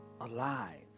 alive